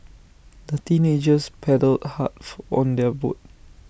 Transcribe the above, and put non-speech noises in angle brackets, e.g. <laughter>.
the teenagers paddled hard <hesitation> on their boat